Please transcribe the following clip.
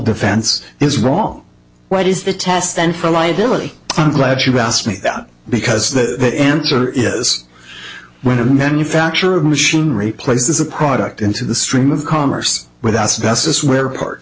defense is wrong what is the test then for liability i'm glad you asked me that because that answer is when a manufacturer of machinery places a product into the stream of commerce with asbestos where par